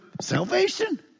salvation